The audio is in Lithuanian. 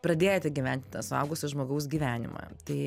pradėti gyvent tą suaugusio žmogaus gyvenimą tai